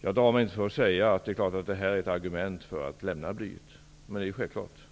Jag drar mig inte för att säga att detta självfallet är ett argument för att lämna blyet. Det är självklart.